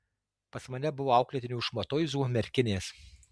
pas mane buvo auklėtinių iš matuizų merkinės